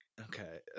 Okay